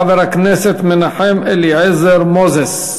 חבר הכנסת מנחם אליעזר מוזס.